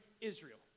Israel